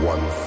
One